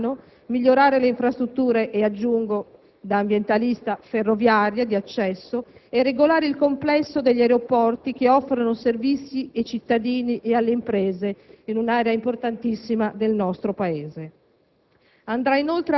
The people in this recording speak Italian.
Voglio ricordare ai colleghi, soprattutto a quelli della maggioranza, che sarebbe un obbligo normativo, se Alitalia non utilizzasse più gli *slot* che oggi detiene ed esercita, la messa sul mercato di queste tracce orarie evidentemente,